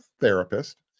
therapist